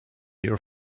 your